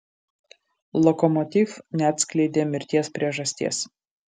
lokomotiv neatskleidė mirties priežasties